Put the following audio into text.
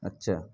اچھا